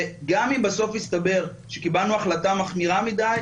וגם אם בסוף יסתבר שקיבלנו החלטה מחמירה מדי,